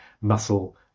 muscle